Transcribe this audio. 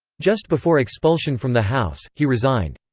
just before expulsion from the house, he resigned.